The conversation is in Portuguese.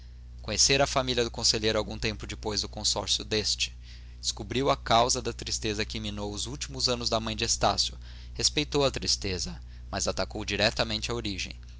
conhecera a família do conselheiro algum tempo depois do consórcio deste descobriu a causa da tristeza que minou os últimos anos da mãe de estácio respeitou a tristeza mas atacou diretamente a origem